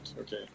okay